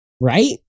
Right